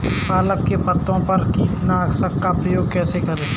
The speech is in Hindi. पालक के पत्तों पर कीटनाशक का प्रयोग कैसे करें?